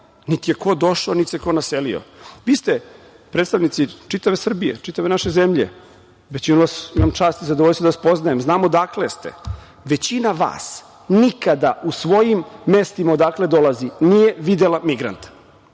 niti je ko došao, niti se ko doselio. Vi ste predstavnici čitave Srbije, čitave naše zemlje. Većinu vas imam čast i zadovoljstvo da vas poznajem, znam odakle ste. Većina vas nikada u svojim mestima odakle dolazi nije videla migranta.